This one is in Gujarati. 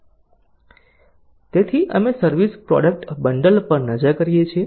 તેથી અમે સર્વિસ પ્રોડક્ટ બંડલ પર નજર કરીએ છીએ